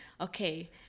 okay